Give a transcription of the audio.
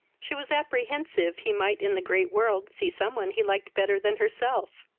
she was apprehensive he might in the great world see some one he like better than herself.